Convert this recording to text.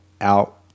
Out